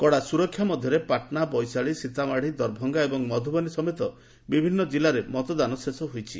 କଡ଼ା ସୁରକ୍ଷା ମଧ୍ୟରେ ପାଟନା ବୈଶାଳୀ ସୀତାମାଢ଼ି ଦରଭଙ୍ଗା ଏବଂ ମଧୁବନୀ ସମେତ ବିଭିନ୍ନ କିଲ୍ଲାରେ ମତଦାନ ଶେଷ ହୋଇଛି